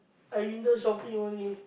I window shopping only